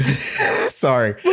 sorry